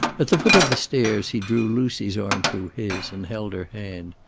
at the foot of the stairs he drew lucy's arm through his, and held her hand.